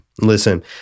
Listen